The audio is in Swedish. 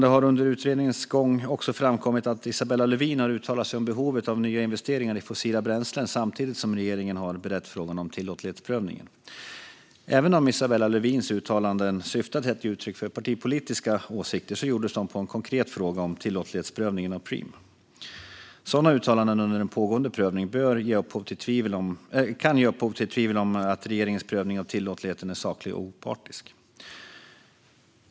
Det har under utredningens gång också framkommit att Isabella Lövin har uttalat sig om behovet av nya investeringar i fossila bränslen samtidigt som regeringen har berett frågan om tillåtlighetsprövningen. Även om Isabella Lövins uttalanden syftade till att ge uttryck för partipolitiska åsikter gjordes de om en konkret fråga om tillåtlighetsprövningen av Preem. Sådana uttalanden under en pågående prövning kan ge upphov till tvivel om att regeringens prövning av tillåtligheten är saklig och opartisk.